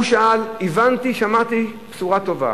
הוא שאל: הבנתי שאמרת לי בשורה טובה,